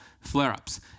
flare-ups